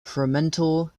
fremantle